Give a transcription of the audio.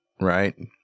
right